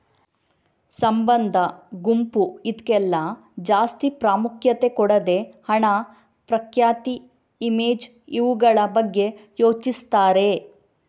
ಸಂಬಂಧ, ಗುಂಪು ಇದ್ಕೆಲ್ಲ ಜಾಸ್ತಿ ಪ್ರಾಮುಖ್ಯತೆ ಕೊಡದೆ ಹಣ, ಪ್ರಖ್ಯಾತಿ, ಇಮೇಜ್ ಇವುಗಳ ಬಗ್ಗೆ ಯೋಚಿಸ್ತಾರೆ